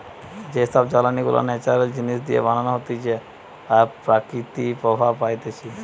যে সব জ্বালানি গুলা ন্যাচারাল জিনিস দিয়ে বানানো হতিছে আর প্রকৃতি প্রভাব পাইতিছে